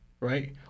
right